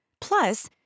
Plus